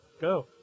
Go